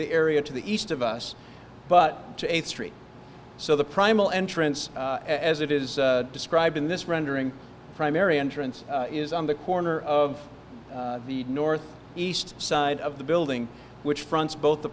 the area to the east of us but to eighth street so the primal entrance as it is described in this rendering primary entrance is on the corner of the north east side of the building which fronts both the